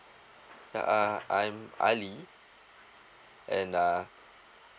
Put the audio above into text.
uh I'm ali and uh